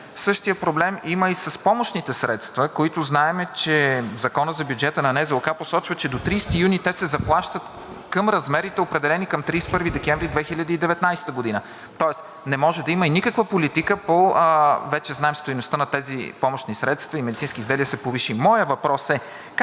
Същият проблем има и с помощните средства, за които знаем, че Законът за бюджета на Националната здравноосигурителна каса посочва, че до 30 юни те се заплащат към размерите, определени към 31 декември 2019 г., тоест не може да има никаква политика, а вече знаем, че стойността на тези помощни средства и медицински изделия се повиши. Моят въпрос е: